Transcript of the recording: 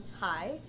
Hi